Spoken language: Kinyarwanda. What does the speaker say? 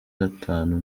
gatanu